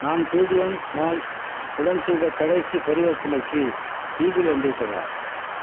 நான் Paytm mall உடன் செய்த கடைசிப் பரிவர்த்தனைக்கு இ பில் வந்துவிட்டதா